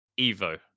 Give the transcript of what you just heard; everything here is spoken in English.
Evo